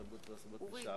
התרבות והספורט לשעבר.